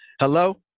hello